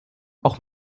auch